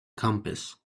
compass